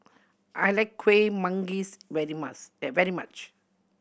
I like Kuih Manggis very very much